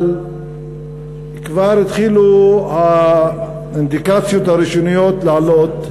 אבל כבר התחילו האינדיקציות הראשוניות לעלות,